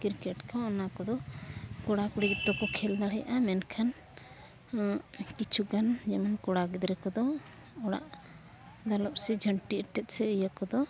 ᱠᱚ ᱚᱱᱟ ᱠᱚᱫᱚ ᱠᱚᱲᱟᱼᱠᱩᱲᱤ ᱡᱚᱛᱚᱠᱚ ᱠᱷᱮᱹᱞ ᱫᱟᱲᱮᱭᱟᱜᱼᱟ ᱢᱮᱱᱠᱷᱟᱱ ᱠᱤᱪᱷᱩ ᱜᱟᱱ ᱡᱮᱢᱚᱱ ᱠᱚᱲᱟ ᱜᱤᱫᱽᱨᱟᱹ ᱠᱚᱫᱚ ᱚᱲᱟᱜ ᱫᱟᱞᱚᱵᱽ ᱥᱮ ᱡᱷᱟᱹᱱᱴᱤ ᱮᱴᱮᱫ ᱥᱮ ᱤᱭᱟᱹ ᱠᱚᱫᱚ